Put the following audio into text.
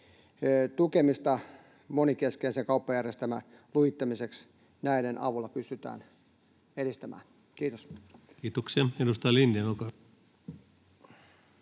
tukemista monikeskeisen kauppajärjestelmän lujittamiseksi näiden avulla pystytään edistämään. — Kiitos. [Speech 189] Speaker: